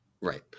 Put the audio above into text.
right